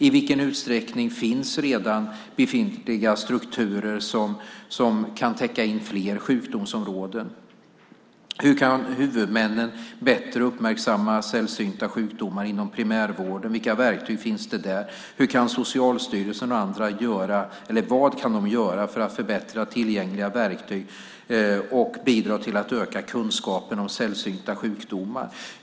I vilken utsträckning finns redan befintliga strukturer som kan täcka in fler sjukdomsområden? Hur kan huvudmännen bättre uppmärksamma sällsynta sjukdomar inom primärvården? Vilka verktyg finns där? Vad kan Socialstyrelsen och andra göra för att förbättra tillgängliga verktyg och bidra till att öka kunskapen om sällsynta sjukdomar?